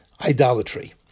idolatry